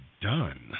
done